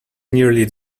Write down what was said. nearly